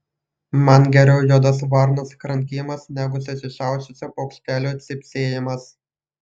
man geriau juodos varnos krankimas negu susišiaušusio paukštelio cypsėjimas